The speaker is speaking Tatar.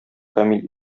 камил